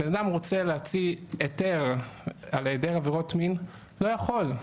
בן אדם רוצה להוציא היתר על היעדר עבירות מין לא יכול,